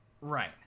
Right